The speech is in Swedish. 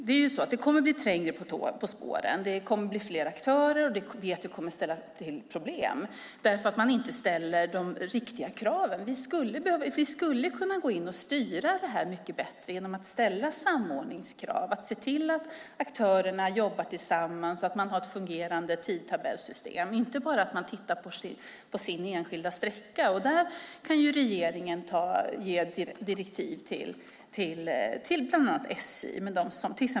Det kommer att bli trängre på spåren, och det kommer att bli fler aktörer. Det kommer att ställa till problem. Det beror på att vi inte ställer de riktiga kraven. Vi skulle kunna gå in och styra detta bättre genom att ställa samordningskrav, att se till att aktörerna jobbar tillsammans med ett fungerande tidtabellssystem. Man ska inte bara titta på sin enskilda sträcka. Där kan regeringen ge direktiv till bland annat SJ.